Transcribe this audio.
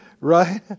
right